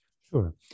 Sure